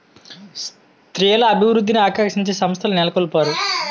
స్త్రీల అభివృద్ధిని ఆకాంక్షించే సంస్థలు నెలకొల్పారు